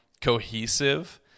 cohesive